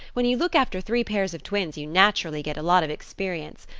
when you look after three pairs of twins you naturally get a lot of experience.